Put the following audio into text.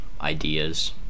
ideas